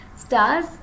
Stars